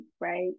right